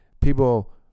people